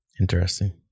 Interesting